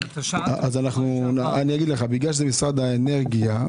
בגלל שזה משרד האנרגיה,